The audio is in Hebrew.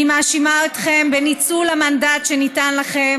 אני מאשימה אתכם בניצול המנדט שניתן לכם